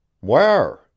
Where